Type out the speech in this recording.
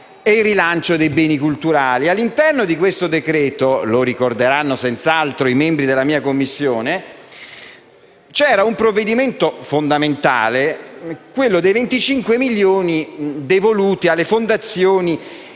e il rilancio dei beni culturali. All'interno di questo decreto, come ricorderanno senz'altro i membri della mia Commissione, c'era un provvedimento fondamentale, concernente i 25 milioni di euro devoluti alle fondazioni